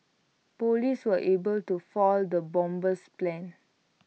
Police were able to foil the bomber's plans